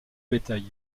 bétail